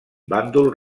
bàndol